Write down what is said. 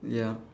ya